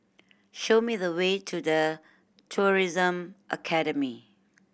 show me the way to The Tourism Academy